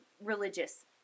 religious